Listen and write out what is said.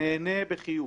נהנה בחיוך.